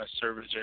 service